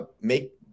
make